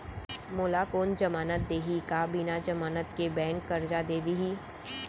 मोला कोन जमानत देहि का बिना जमानत के बैंक करजा दे दिही?